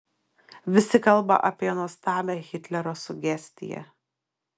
visi kalba apie nuostabią hitlerio sugestiją